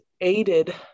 aided